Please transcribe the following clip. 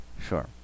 Sure